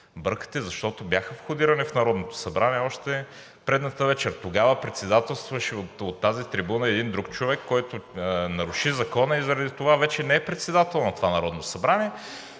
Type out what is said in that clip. бъркате, защото бяха входирани в Народното събрание още предната вечер. Тогава председателстваше от тази трибуна един друг човек, който наруши закона и заради това вече не е председател на това Народно събрание,